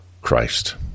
Christ